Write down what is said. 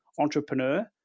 entrepreneur